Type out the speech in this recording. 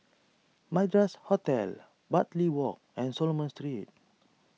Madras Hotel Bartley Walk and Solomon Street